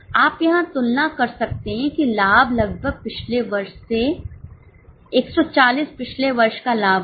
आप यहाँ तुलना कर सकते हैं कि लाभ लगभग पिछले वर्ष से140 पिछले वर्ष का लाभ था